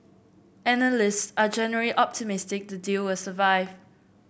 analysts are generally optimistic the deal will survive